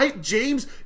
James